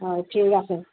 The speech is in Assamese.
হয় ঠিক আছে